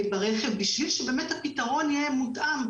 ברכב בשביל שהפתרון יהיה מותאם.